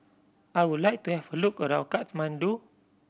I would like to have a look around Kathmandu